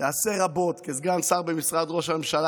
יעשה רבות כסגן שר במשרד ראש הממשלה.